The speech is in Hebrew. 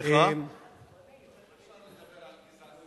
איך אפשר לדבר על גזענות